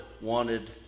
wanted